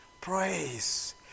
praise